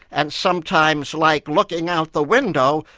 and sometimes like looking out the window,